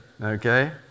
Okay